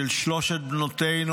של שלוש בנותינו